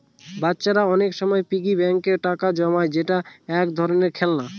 বাচ্চারা অনেক সময় পিগি ব্যাঙ্কে টাকা জমায় যেটা এক ধরনের খেলনা